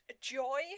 Joy